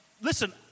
listen